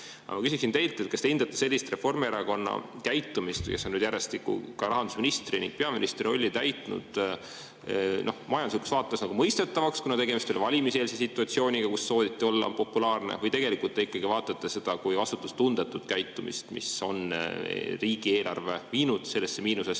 Ma küsiksin teilt, kas te hindate sellist Reformierakonna käitumist – nad on järjestikku rahandusministri ja peaministri rolli täitnud – majanduslikus vaates mõistetavaks, kuna tegemist oli valimiseelse situatsiooniga, kus sooviti olla populaarne, või tegelikult te ikkagi vaatate seda kui vastutustundetut käitumist, mis on riigieelarve viinud miinusesse,